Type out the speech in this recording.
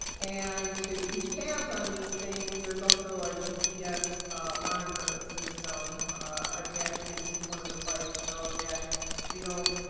and to keep tabs on these things, there's also a gps monitoring system attached to each one of the bikes so that they don't